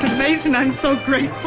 mason, i'm so great